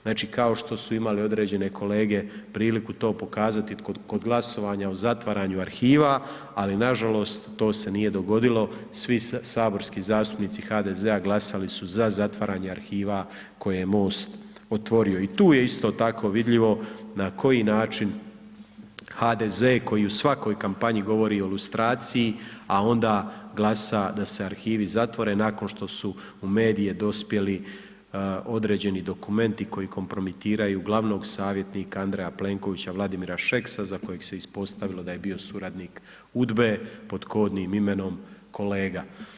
Znači, kao što su imale određene kolege priliku to pokazati kod glasovanja o zatvaranju arhiva, ali nažalost to se nije dogodilo, svi saborski zastupnici HDZ-a glasali su za zatvaranje arhiva koje je MOST otvorio i tu je isto tako vidljivo na koji način HDZ koji u svakoj kampanji govori o lustraciji, a onda glasa da se arhivi zatvore nakon što su medije dospjeli određeni dokumenti koji kompromitiraju glavnog savjetnika Andreja Plenkovića, Vladimira Šeksa za kojeg se ispostavilo da je bio suradnik UDBE pod kodnim imenom kolega.